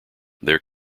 their